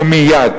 ומייד.